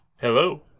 Hello